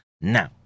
Now